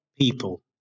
people